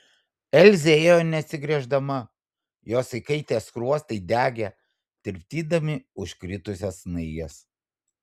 elzė ėjo neatsigręždama jos įkaitę skruostai degė tirpdydami užkritusias snaiges